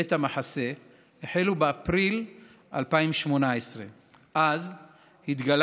בית המחסה החלו באפריל 2018. אז התגלה